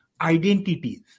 identities